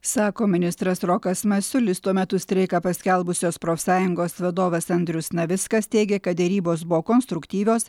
sako ministras rokas masiulis tuo metu streiką paskelbusios profsąjungos vadovas andrius navickas teigė kad derybos buvo konstruktyvios